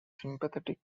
sympathetic